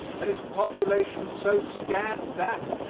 and its population so scant that,